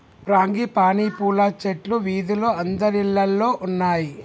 frangipani పూల చెట్లు వీధిలో అందరిల్లల్లో ఉన్నాయి